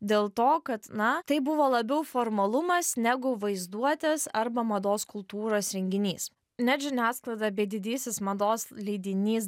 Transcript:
dėl to kad na tai buvo labiau formalumas negu vaizduotės arba mados kultūros renginys net žiniasklaida bei didysis mados leidinys